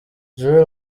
joel